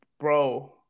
Bro